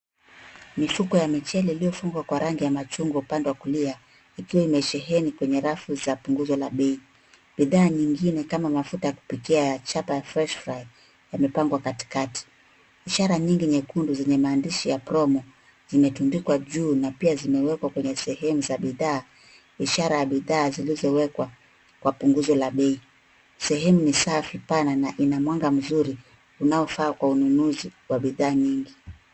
Mifuko ya michele ilio fungwa kwa rangi ya machungwa upande wa kulia ikiwa imesheheni kwenye rafu za punguzo la bei. Bidhaa nyingine kama mafuta ya kupikia ya chapa ya fresh fry yamipangwa katikati. Ishara nyingi nyekundu zenye mandishi ya promo zimetundikwa juu na pia zimewekwa kwenye sehemu za bidhaa. Ishara ya bidhaa zilzowekwa kwa punguzo la bei. Sehemu ni safi pana na ina mwanga mzuri unao faa kwa ununuzi wa bidhaa nyingi.